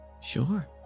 Sure